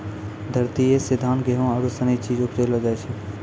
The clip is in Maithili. धरतीये से धान, गेहूं आरु सनी चीज उपजैलो जाय छै